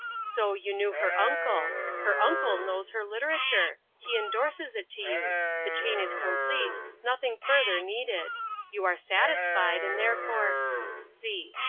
so, you knew her uncle her uncle knows her literature he endorses it to you the chain is complete, nothing further needed you are satisfied, and therefore c.